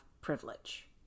privilege